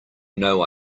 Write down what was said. know